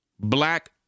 Black